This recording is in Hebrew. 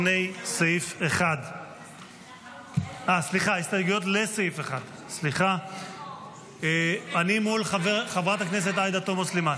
לסעיף 1. אני מול חברת הכנסת עאידה תומא סלימאן.